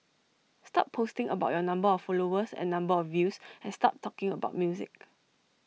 stop posting about your number of followers and number of views and start talking about music